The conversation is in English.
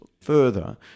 further